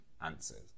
answers